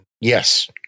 Yes